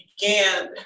began